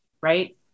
right